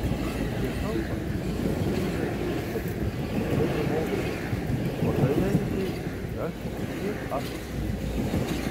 jie kalba kad grįžęs jis pasiims tik tave ir mokytoją o tave lydėsiu tik aš ir ah kinas